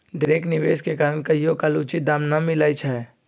ढेरेक निवेश के कारण कहियोकाल उचित दाम न मिलइ छै